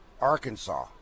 Arkansas